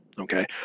okay